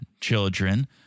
children